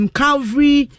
calvary